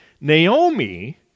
Naomi